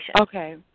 Okay